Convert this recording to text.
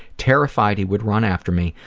terrified he would run after me,